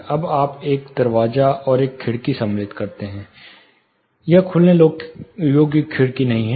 अब आप एक दरवाजा और एक खिड़की सम्मिलित करते हैं यह खुलने योग्य खिड़की नहीं है